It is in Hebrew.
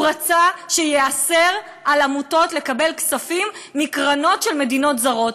הוא רצה שייאסר על עמותות לקבל כספים מקרנות של מדינות זרות.